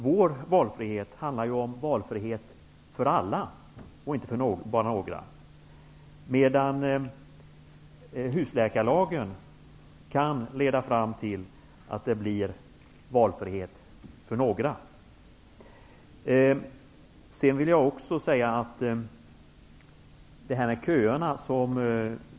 Vår valfrihet handlar om valfrihet för alla och inte bara för några, medan husläkarlagen kan leda fram till att det blir valfrihet endast för några.